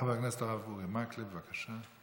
חבר הכנסת הרב אורי מקלב, בבקשה.